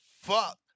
Fuck